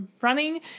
running